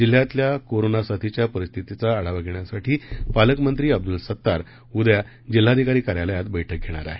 जिल्ह्यातल्या कोरोना साथीच्या परिस्थितीचा आढावा घेण्यासाठी पालकमंत्री अब्दुल सत्तार उद्या जिल्हाधिकारी कार्यालयात बैठक घेणार आहेत